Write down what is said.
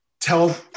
tell